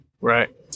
Right